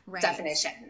definition